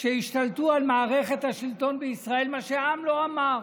שהשתלטו על מערכת השלטון בישראל, מה שהעם לא אמר.